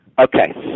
Okay